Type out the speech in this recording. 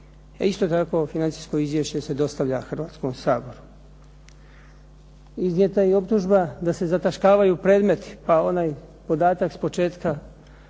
Isto tako financijsko izvješće se dostavlja Hrvatskom saboru. Iznijeta je i optužba da se zataškavaju predmeti pa onaj podatak s početka